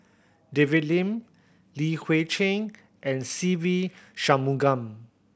David Lim Li Hui Cheng and Se Ve Shanmugam